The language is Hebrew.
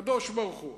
הקדוש-ברוך-הוא.